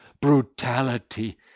brutality